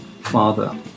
father